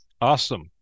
Awesome